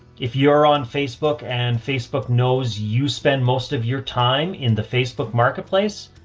if you're on facebook and facebook knows you spend most of your time in the facebook marketplace,